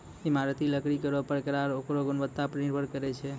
इमारती लकड़ी केरो परकार ओकरो गुणवत्ता पर निर्भर करै छै